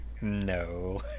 no